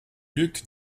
luc